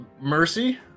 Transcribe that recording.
mercy